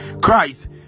Christ